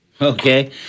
Okay